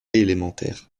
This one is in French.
élémentaires